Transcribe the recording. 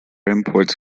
imports